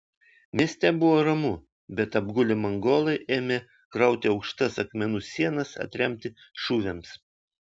mieste buvo ramu bet apgulę mongolai ėmė krauti aukštas akmenų sienas atremti šūviams